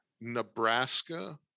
nebraska